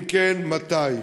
2. אם כן, מתי?